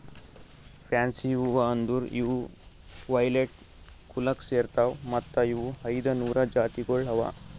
fancy ಹೂವು ಅಂದುರ್ ಇವು ವೈಲೆಟ್ ಕುಲಕ್ ಸೇರ್ತಾವ್ ಮತ್ತ ಇವು ಐದ ನೂರು ಜಾತಿಗೊಳ್ ಅವಾ